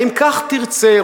האם כך תרצה,